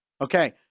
Okay